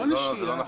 לא, זה לא נכון.